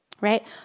right